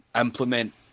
implement